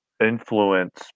Influence